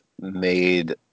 made